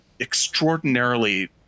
extraordinarily